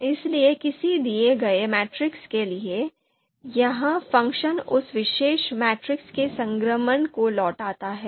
इसलिए किसी दिए गए मैट्रिक्स के लिए यह फ़ंक्शन उस विशेष मैट्रिक्स के संक्रमण को लौटाता है